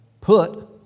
put